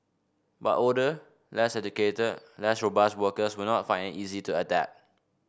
but older less educated less robust workers will not find it easy to adapt